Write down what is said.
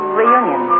reunion